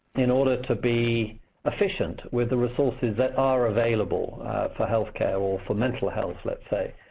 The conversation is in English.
in order to be efficient with the resources that are available for health care, or for mental health, let's say.